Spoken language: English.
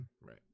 right